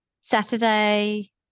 Saturday